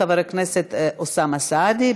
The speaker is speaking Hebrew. חבר הכנסת אוסאמה סעדי,